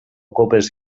copes